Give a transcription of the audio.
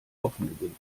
offengelegt